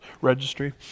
registry